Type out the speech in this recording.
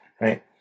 Right